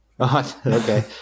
Okay